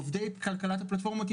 עובדי כלכלת הפלטפורמות,